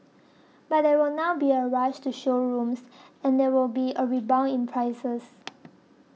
but there will now be a rush to showrooms and there will be a rebound in prices